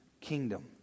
kingdom